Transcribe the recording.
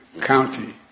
county